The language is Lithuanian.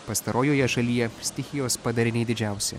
pastarojoje šalyje stichijos padariniai didžiausi